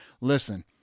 listen